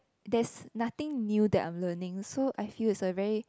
that's nothing new that I'm learning so I feel it's a very